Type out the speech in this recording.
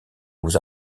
aux